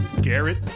Garrett